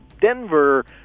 Denver